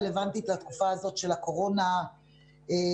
רלוונטית לתקופה הזאת של הקורונה שבה